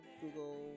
Google